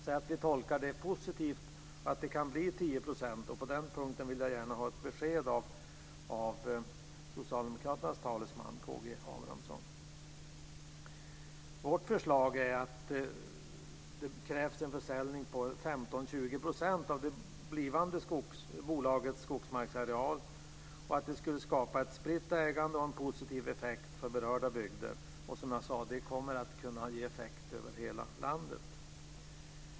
Om vi tolkar det positivt kan det bli 10 %. På den punkten vill jag gärna ha ett besked av Socialdemokraternas talesman K G Vårt förslag är att det krävs en försäljning av 15 20 % av det blivande bolagets skogsmarksareal. Det skulle skapa ett fritt ägande och ha en positiv effekt för berörda bygder. Det kommer också som jag sade att kunna ge effekt över hela landet.